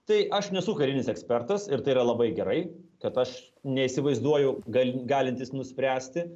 tai aš nesu karinis ekspertas ir tai yra labai gerai kad aš neįsivaizduoju gal galintis nuspręsti